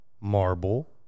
marble